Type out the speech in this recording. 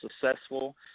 successful